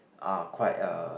are quite a